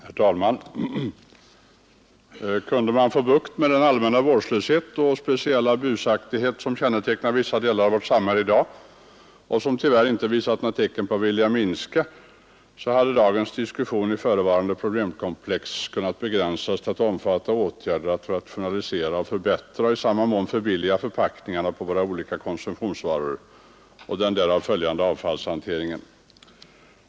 Herr talman! Kunde man få bukt med den allmänna vårdslöshet och speciella busaktighet som kännetecknar vissa delar av vårt samhälle i dag och som tyvärr inte visat något tecken på att vilja minska, hade dagens diskussion om förevarande problemkomplex kunnat begränsas till att omfatta åtgärder att rationalisera och förbättra och i samma mån förbilliga förpackningarna på våra olika konsumtionsvaror och den därav följande avfallshanteringen.